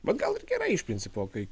bet gal ir gerai iš principo kai